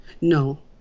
No